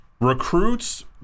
recruits